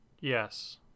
Yes